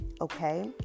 okay